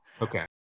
Okay